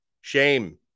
shame